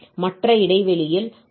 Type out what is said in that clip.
மற்ற இடைவெளியில் 0 ஆகும்